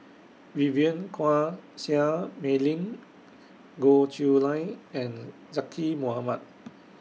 Vivien Quahe Seah Mei Lin Goh Chiew Lye and Zaqy Mohamad